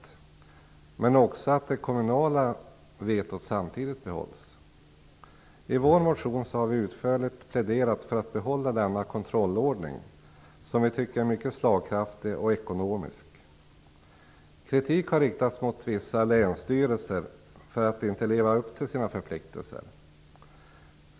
Vi vill också att det kommunala vetot behålls. I vår motion har vi utförligt pläderat för att denna kontrollordning, som vi tycker är mycket slagkraftig och ekonomisk, skall behållas. Kritik har riktats mot vissa länsstyrelser för att de inte lever upp till sina förpliktelser.